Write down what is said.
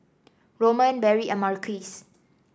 Roman Berry and Marquise